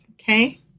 Okay